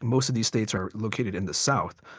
most of these states are located in the south.